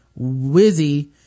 Wizzy